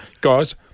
guys